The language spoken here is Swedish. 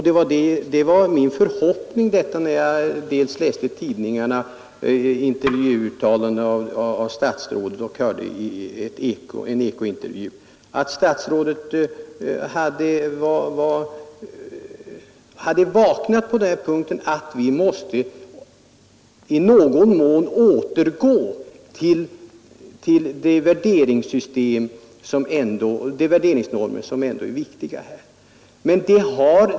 Det var min förhoppning att statsrådet på grund av dels intervjuuttalanden i tidningarna, dels en ekointervju hade vaknat på denna punkt och insett att vi i någon mån måste återgå till de värderingsnormer som ändå är viktiga här.